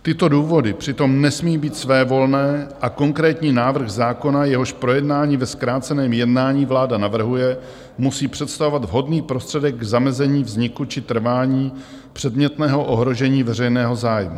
Tyto důvody přitom nesmí být svévolné a konkrétní návrh zákona, jehož projednání ve zkráceném jednání vláda navrhuje, musí představovat vhodný prostředek k zamezení vzniku či trvání předmětného ohrožení veřejného zájmu.